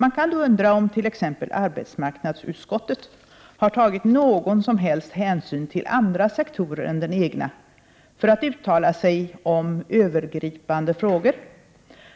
Man kan då undra om t.ex. arbetsmarknadsutskottet har tagit någon som helst hänsyn till andra sektorer än den egna för att uttala sig om övergripande frågor,